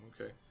okay